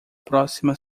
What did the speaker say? próxima